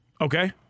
Okay